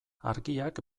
argiak